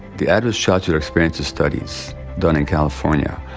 the adverse childhood experiences studies done in california.